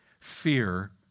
Fear